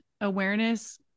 awareness